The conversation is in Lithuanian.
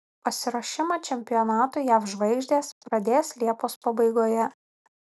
pasiruošimą čempionatui jav žvaigždės pradės liepos pabaigoje